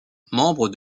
membre